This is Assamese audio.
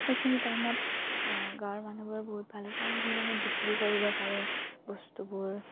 সেইখিনি টাইমত গাঁৱৰ মানুহবোৰ বহুত ভালে কাৰণ সেইখিনি টাইমত বিক্ৰী কৰিব পাৰে বস্তুবোৰ